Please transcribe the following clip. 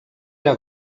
era